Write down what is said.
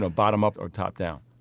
ah bottom up or top down?